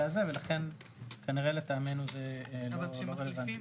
הזה ולכן כנראה לטעמנו זה לא רלוונטי.